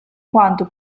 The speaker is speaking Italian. quanto